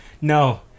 no